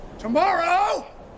Tomorrow